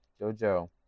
Jojo